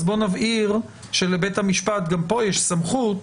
בואו נבהיר שלבית המשפט גם כאן יש סמכות